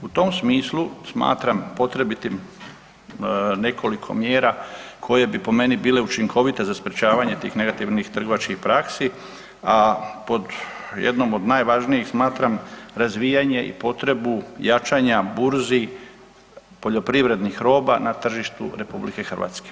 U tom smislu smatram potrebitim nekoliko mjera koje bi po meni bile učinkovite za sprječavanje tih negativnih trgovačkih praksi, a pod jednom od najvažnijih smatram razvijanje i potrebu jačanja burzi poljoprivrednih roba na tržištu RH.